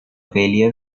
failure